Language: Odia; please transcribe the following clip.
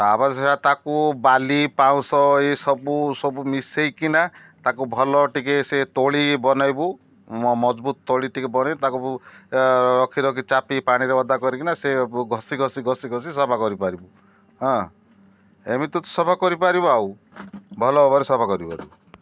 ତା'ପରେ ସେ ତାକୁ ବାଲି ପାଉଁଶ ଏଇସବୁ ସବୁ ମିଶାଇକିନା ତାକୁ ଭଲ ଟିକେ ସେ ତୋଳି ବନାଇବୁ ମଜବୁତ ତୋଳି ଟିକେ ବନାଇ ତାକୁ ରଖି ରଖି ଚାପି ପାଣିରେ ଓଦା କରିକିନା ସେ ଘଷି ଘଷି ଘଷି ଘଷି ସଫା କରିପାରିବୁ ଏମିତି ସଫା କରିପାରିବୁ ଆଉ ଭଲ ଭାବରେ ସଫା କରିପାରିବୁ